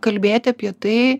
kalbėti apie tai